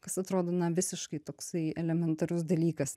kas atrodo na visiškai toksai elementarus dalykas